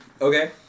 Okay